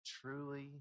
Truly